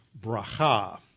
Bracha